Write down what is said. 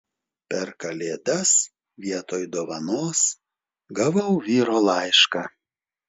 per kalėdas vietoj dovanos gavau vyro laišką